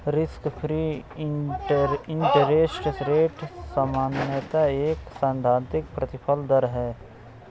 risk free interest rate सामान्यतः एक सैद्धांतिक प्रतिफल दर है